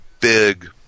big